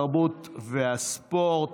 התרבות והספורט